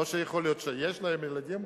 או שיכול להיות שיש להם ילדים,